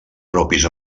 propis